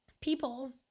people